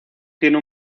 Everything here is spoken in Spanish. tiene